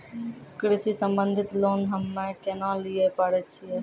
कृषि संबंधित लोन हम्मय केना लिये पारे छियै?